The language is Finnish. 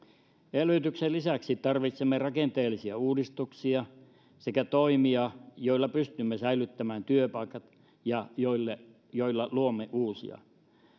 elvytyksen lisäksi tarvitsemme rakenteellisia uudistuksia sekä toimia joilla pystymme säilyttämään työpaikat ja joilla luomme uusia